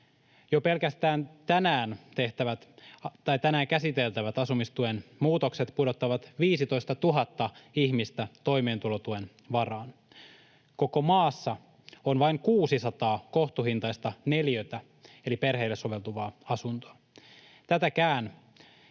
Jo pelkästään tänään käsiteltävät asumistuen muutokset pudottavat 15 000 ihmistä toimeentulotuen varaan. Koko maassa on vain 600 kohtuuhintaista neliötä eli perheille soveltuvaa asuntoa. Tätäkään